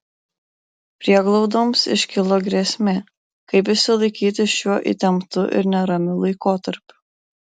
prieglaudoms iškilo grėsmė kaip išsilaikyti šiuo įtemptu ir neramiu laikotarpiu